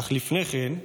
אך לפני כן,